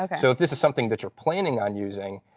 ah so if this is something that you're planning on using,